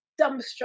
dumbstruck